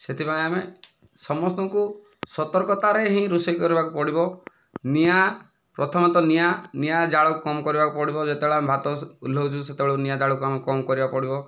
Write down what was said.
ସେଥି ପାଇଁ ଆମେ ସମସ୍ତଙ୍କୁ ସତର୍କତାରେ ହିଁ ରୋଷେଇ କରିବାକୁ ପଡ଼ିବ ନିଆଁ ପ୍ରଥମତଃ ନିଆଁ ନିଆଁ ଜାଳକୁ କମ୍ କରିବାକୁ ପଡ଼ିବ ଯେତେବେଳେ ଆମେ ଭାତ ଓହ୍ଲାଉଛୁ ସେତେବେଳେ ନିଆଁ ଜାଳକୁ ଆମକୁ କମ୍ କରିବାକୁ ପଡ଼ିବ